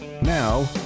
Now